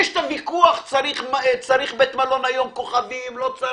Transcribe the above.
יש ויכוח היום אם צריך כוכבים לבית מלון, לא צריך,